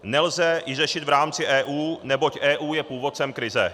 Nelze ji řešit v rámci EU, neboť EU je původcem krize.